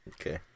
Okay